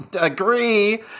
agree